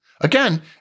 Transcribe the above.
Again